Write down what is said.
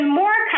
more